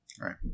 Right